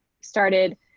started